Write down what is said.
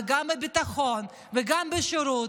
גם בביטחון וגם בשירות,